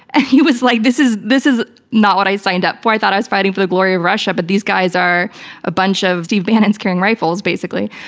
and he was like, this is this is not what i signed up for. i thought i was fighting for the glory of russia but these guys are a bunch of steve bannons carrying rifles basically.